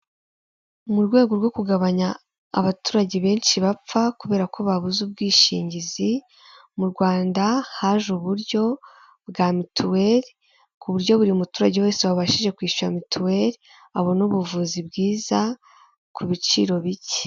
Tengamara na tiveya twongeye kubatengamaza, ishimwe kuri tiveya ryongeye gutangwa ni nyuma y'ubugenzuzi isuzuma n'ibikorwa byo kugaruza umusoro byakozwe dukomeje gusaba ibiyamu niba utariyandikisha kanda kannyeri maganainani urwego ukurikiza amabwiriza nibayandikishije zirikana fatire ya ibiyemu no kwandikisha nimero yawe ya telefone itanga n amakuru.